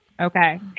Okay